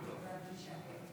ברכותיי.